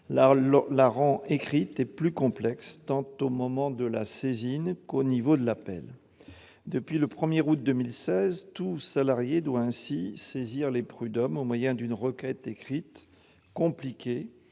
et la rend plus complexe tant au moment de la saisine qu'au niveau de l'appel. Depuis le 1 août 2016, tout salarié doit ainsi saisir les prud'hommes au moyen d'une requête écrite, compliquée,